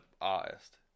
artist